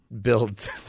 build